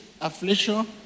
affliction